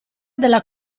della